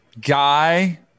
guy